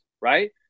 right